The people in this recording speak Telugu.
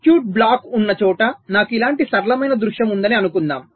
సర్క్యూట్ బ్లాక్ ఉన్న చోట నాకు ఇలాంటి సరళమైన దృశ్యం ఉందని అనుకుందాం